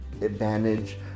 advantage